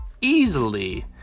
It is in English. easily